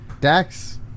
Dax